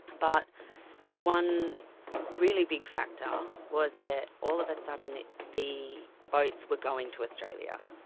but one really big factor was that all of a sudden the boats were going to australia.